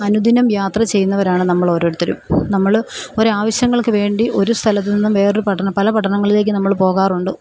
അനുദിനം യാത്ര ചെയ്യുന്നവരാണ് നമ്മളോരോരുത്തരും നമ്മൾ ഒരാവശ്യങ്ങൾക്കുവേണ്ടി ഒരു സ്ഥലത്തുനിന്ന് വേറെ പട്ടണം പല പട്ടണങ്ങളിലേക്ക് നമ്മൾ പോകാറുണ്ട്